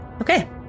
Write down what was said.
Okay